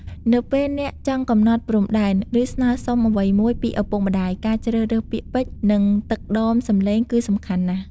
នៅពេលអ្នកចង់កំណត់ព្រំដែន ឬស្នើសុំអ្វីមួយពីឪពុកម្ដាយ ការជ្រើសរើសពាក្យពេចន៍ និងទឹកដមសំឡេងគឺសំខាន់ណាស់។